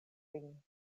vin